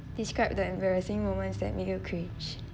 describe the embarrassing moments that made you cringe